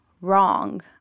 wrong